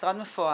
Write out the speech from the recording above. משרד מפואר,